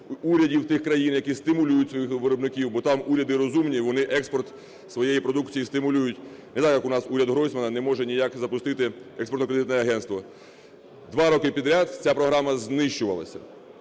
урядів тих країн, які стимулюють своїх виробників… Бо там уряди розумні, вони експорт своєї продукції стимулюють. Не знаю, як у нас уряд Гройсмана не може ніяк запустити Експортно-кредитне агентство. Два роки підряд ця програма знищувалася,